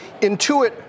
Intuit